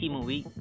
Movie